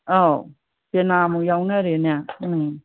ꯑꯧ ꯄꯦꯅꯥ ꯑꯃꯨꯛ ꯌꯥꯎꯅꯔꯦꯅꯦ ꯎꯝ